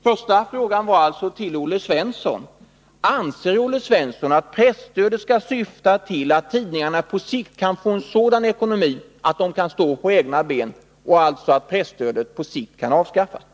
Första frågan till Olle Svensson: Anser Olle Svensson att presstödet skall syfta till att tidningarna på sikt skall få en sådan ekonomi att de kan stå på egna ben och alltså att presstödet på sikt kan avskaffas?